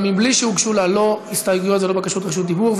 בלי שהוגשו הסתייגויות או בקשות רשות דיבור,